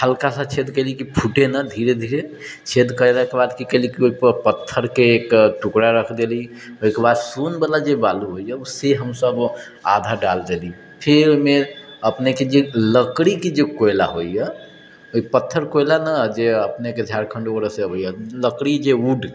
हल्कासँ छेद केली कि फूटै नहि धीरे धीरे छेद कएलाके बाद कि केली कि ओहिपर पत्थरके एक टुकड़ा रखि देलीह ओहिके बाद सौनवला जे बालू होइए से हमसब आधा डालि देली फेर ओहिमे अपनेके जे लकड़ीके जे कोइला होइए ओ पत्थर कोइला ने जे अपनेके झारखण्ड वगैरहसँ अबैए लकड़ी जे वुड